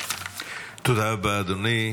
תודה רבה, אדוני.